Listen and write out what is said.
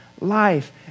life